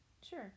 Sure